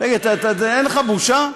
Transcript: אין לך בושה?